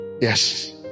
Yes